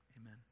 Amen